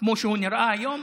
כמו שהוא נראה היום.